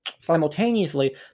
Simultaneously